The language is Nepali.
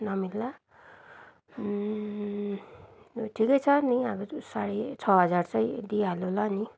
नमिल्ला अब ठिकै छ नि अब त्यो साढे छ हजार चाहिँ दिइहालौँ ला नि